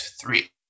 three